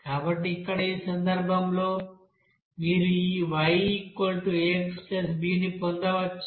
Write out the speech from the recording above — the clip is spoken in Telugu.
కాబట్టి ఇక్కడ ఈ సందర్భంలో మీరు ఈ YaXb ని పొందవచ్చు